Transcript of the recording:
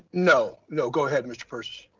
no, no, go ahead mr. persis.